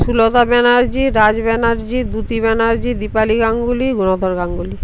Sulata Banerjee Raj Banerjee Dyuti Banerjee Dipali Ganguly Gunadhar Ganguly